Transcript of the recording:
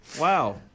wow